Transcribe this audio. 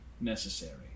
necessary